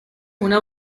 una